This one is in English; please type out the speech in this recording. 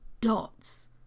dots